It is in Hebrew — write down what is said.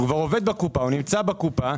הוא נמצא בקופה,